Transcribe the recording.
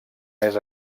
més